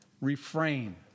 Refrain